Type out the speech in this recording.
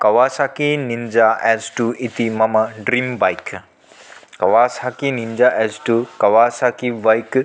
Kawasaki Ninja S two इति मम dream bike Kawasaki Ninja S two Kawasaki bike